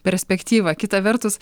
perspektyvą kita vertus